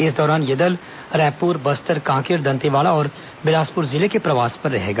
इस दौरान यह दल रायपुर बस्तर कांकेर दंतेवाड़ा और बिलासपुर जिले के प्रवास पर रहेगा